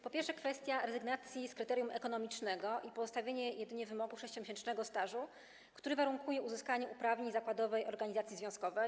Po pierwsze, kwestia rezygnacji z kryterium ekonomicznego i postawienie jedynie wymogu 6-miesięcznego stażu, który warunkuje uzyskanie uprawnień zakładowej organizacji związkowej.